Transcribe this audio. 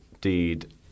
deed